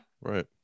Right